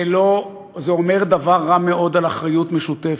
זה לא, זה אומר דבר רע מאוד על אחריות משותפת.